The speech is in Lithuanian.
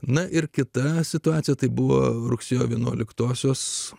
na ir kita situacija tai buvo rugsėjo vienuoliktosios